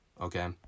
okay